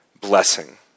Blessing